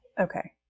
Okay